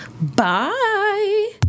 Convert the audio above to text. Bye